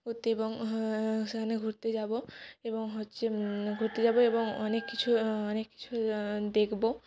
ঘুরতে এবং সেখানে ঘুরতে যাব এবং হচ্ছে ঘুরতে যাব এবং অনেক কিছু অনেক কিছু দেখব